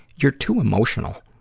you're too emotional.